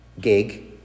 gig